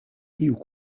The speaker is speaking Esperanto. tiu